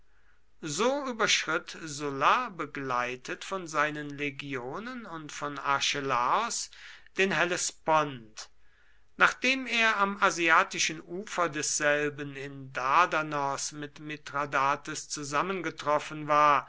so überschritt sulla begleitet von seinen legionen und von archelaos den hellespont nachdem er am asiatischen ufer desselben in dardanos mit mithradates zusammengetroffen war